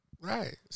Right